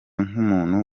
nk’umuntu